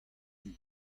dud